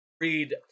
read